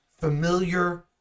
familiar